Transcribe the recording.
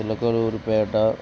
Chilakaluripet